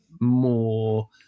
more